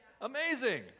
Amazing